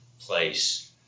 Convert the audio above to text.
place